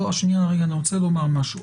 רגע אני רוצה לומר משהו,